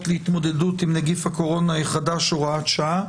להתמודדות עם נגיף הקורונה החדש (הוראת שעה).